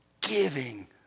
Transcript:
giving